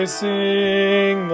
sing